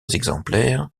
exemplaires